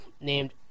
Named